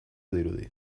dirudi